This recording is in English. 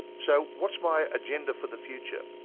so, what's my agenda for the future